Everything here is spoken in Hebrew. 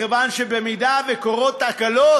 מכיוון שבמידה שקורות תקלות,